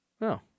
No